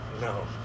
No